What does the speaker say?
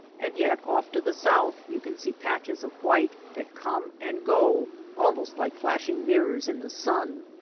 and yet off to the south you can see patches of white that come and go almost like flashing mirrors in the sun.